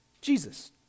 Jesus